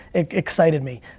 it excited me.